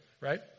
right